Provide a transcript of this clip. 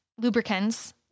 lubricants